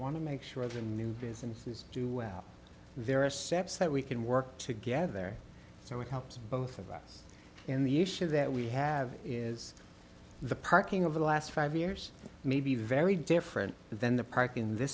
to make sure the new businesses do well there are sets that we can work together so it helps both of us in the issue that we have is the parking of the last five years may be very different than the park in th